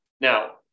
Now